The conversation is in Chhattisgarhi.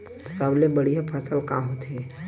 सबले बढ़िया फसल का होथे?